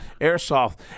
airsoft